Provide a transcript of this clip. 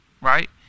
right